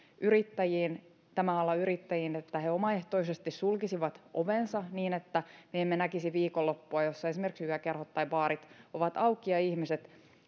tämän alan yrittäjiin että he omaehtoisesti sulkisivat ovensa niin että me emme näkisi sellaista viikonloppua että esimerkiksi yökerhot tai baarit ovat auki ja ihmiset